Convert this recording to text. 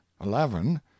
eleven